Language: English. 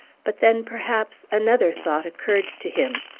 but then, perhaps, another thought occurred to him.